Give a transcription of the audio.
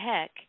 heck